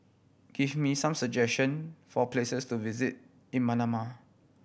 give me some suggestion for places to visit in Manama